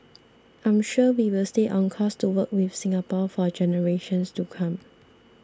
I'm sure we will stay on course to work with Singapore for generations to come